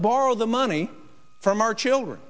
borrow the money from our children